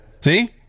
See